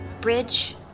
bridge